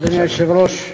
אדוני היושב-ראש,